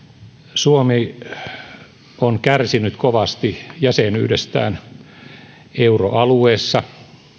suomi on kärsinyt kovasti jäsenyydestään euroalueessa